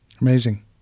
Amazing